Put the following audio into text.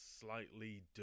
slightly